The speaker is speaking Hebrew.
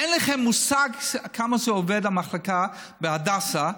אין לכם מושג כמה עובדת המחלקה בהדסה.